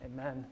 Amen